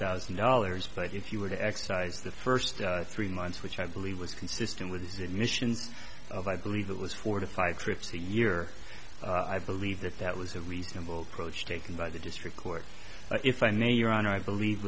thousand dollars but if you were to excise the first three months which i believe was consistent with his admissions of i believe it was forty five trips a year i believe that that was a reasonable approach taken by the district court if i may your honor i believe